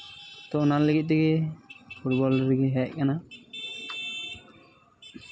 ᱛᱚ ᱚᱱᱟ ᱞᱟᱹᱜᱤᱫ ᱛᱮᱜᱮ ᱯᱷᱩᱴᱵᱚᱞ ᱨᱮᱜᱮ ᱦᱮᱡ ᱠᱟᱱᱟ